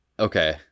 Okay